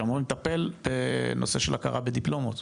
שאמורים לטפל בנושא של הכרה בדיפלומות.